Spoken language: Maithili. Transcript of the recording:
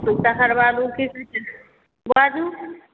तकर बाद उठैत छी बाजू